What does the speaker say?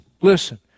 listen